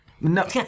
No